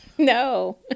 No